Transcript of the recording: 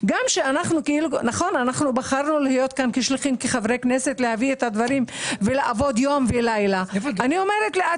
אנחנו נדרשים לקיים פעילות שהיא מעבר לשעות -- זה לא הדיון